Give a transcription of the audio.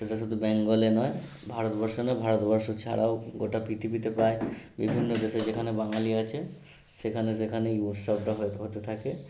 এটা শুধু বেঙ্গলে নয় ভারতবর্ষ নয় ভারতবর্ষ ছাড়াও গোটা পৃথিবীতে প্রায় বিভিন্ন দেশে যেখানে বাঙালি আছে সেখানে সেখান এই উৎসবটা হয়ে হতে থাকে